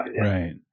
Right